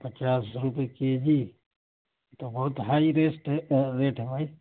پچاس روپے کے جی تو بہت ہائی ریسٹ ہے ریٹ ہے بھائی